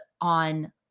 on